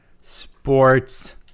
Sports